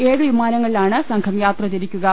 ഏഴ് വിമാനങ്ങളിലാണ് സംഘം യാത്ര തിരിക്കുക